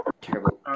terrible